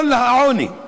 כל העוני,